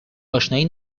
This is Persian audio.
اشنایی